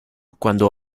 cuando